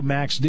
Max